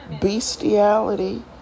bestiality